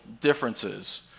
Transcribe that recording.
differences